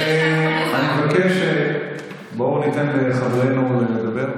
אני מבקש, בואו ניתן לחברנו לדבר.